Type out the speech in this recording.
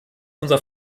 unser